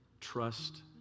trust